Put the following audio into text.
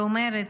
היא אומרת: